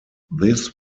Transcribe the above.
this